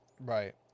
Right